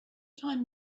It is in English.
time